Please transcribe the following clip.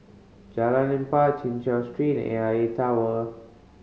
Jalan Empat Chin Chew Street A I A Tower